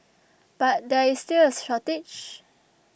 but there is still a shortage